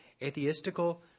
atheistical